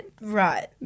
Right